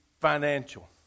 financial